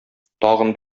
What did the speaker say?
тагын